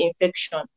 infection